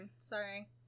Sorry